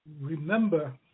remember